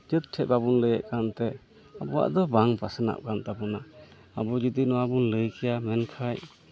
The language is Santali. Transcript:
ᱴᱷᱮᱡ ᱵᱟᱵᱚᱱ ᱞᱟᱹᱭᱮᱜ ᱠᱟᱱ ᱛᱮ ᱟᱵᱚᱣᱟᱜ ᱫᱚ ᱵᱟᱝ ᱯᱟᱥᱱᱟᱜ ᱠᱟᱱ ᱛᱟᱵᱚᱱᱟ ᱟᱵᱚ ᱩᱫᱤ ᱱᱚᱣᱟ ᱵᱚᱱ ᱞᱟᱹᱭ ᱠᱮᱭᱟ ᱢᱮᱱᱠᱷᱟᱡ